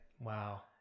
Wow